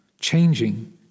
changing